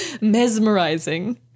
mesmerizing